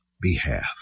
behalf